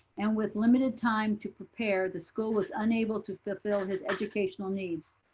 and with limited time to prepare, the school was unable to fulfill his educational needs.